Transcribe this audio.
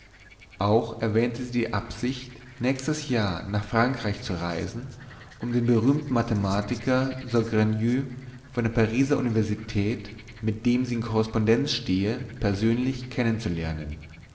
auch erwähnte sie der absicht nächstes jahr nach frankreich zu reisen um den berühmten mathematiker saugrenue von der pariser universität mit dem sie in korrespondenz stehe persönlich kennenzulernen